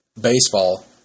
baseball